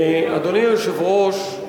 אדוני היושב-ראש,